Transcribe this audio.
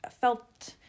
felt